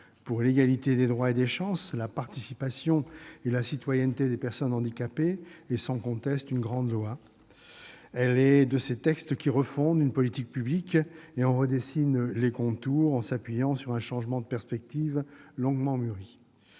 pour l'égalité des droits et des chances, la participation et la citoyenneté des personnes handicapées est sans conteste une grande loi. Elle est de ces textes qui refondent une politique publique et en redessinent les contours en mobilisant un changement de perspective longuement mûri.